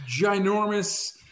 ginormous